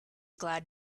glad